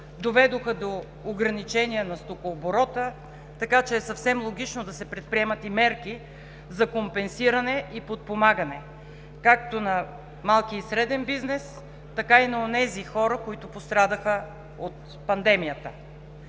доведоха до ограничение на стокооборота, така че е съвсем логично да се предприемат и мерки за компенсиране и подпомагане както на малкия и среден бизнес, така и на онези хора, които пострадаха от пандемията.